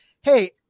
Hey